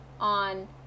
on